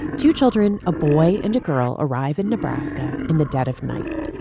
two children, a boy and a girl, arrive in nebraska in the dead of night.